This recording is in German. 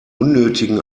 unnötigen